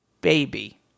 baby